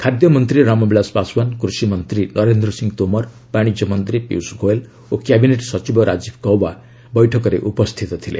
ଖାଦ୍ୟମନ୍ତ୍ରୀ ରାମବିଳାସ ପାଶ୍ୱାନ କୃଷିମନ୍ତ୍ରୀ ନରେନ୍ଦ୍ର ସିଂ ତୋମର ବାଶିକ୍ୟ ମନ୍ତ୍ରୀ ପୀୟୁଷ ଗୋଏଲ୍ ଓ କ୍ୟାବିନେଟ୍ ସଚିବ ରାଜ୍ଞୀବ ଗଓ୍ପା ବୈଠକରେ ଉପସ୍ଥିତ ଥିଲେ